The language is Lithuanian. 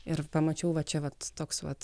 ir pamačiau vat čia vat toks vat